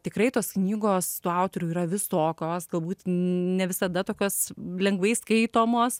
tikrai tos knygos tų autorių yra visokios galbūt ne visada tokios lengvai skaitomos